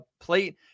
plate